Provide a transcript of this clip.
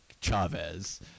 Chavez